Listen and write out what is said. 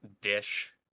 dish